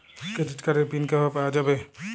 Credit কার্ডের PIN কিভাবে পাওয়া যাবে?